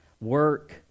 work